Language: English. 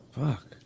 Fuck